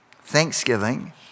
Thanksgiving